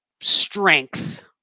strength